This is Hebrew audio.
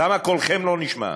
למה קולכם לא נשמע?